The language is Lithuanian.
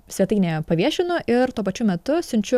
svetainėje paviešinu ir tuo pačiu metu siunčiu